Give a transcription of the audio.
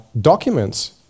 documents